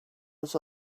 was